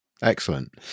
Excellent